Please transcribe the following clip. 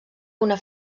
una